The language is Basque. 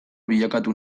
bilakatu